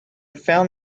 found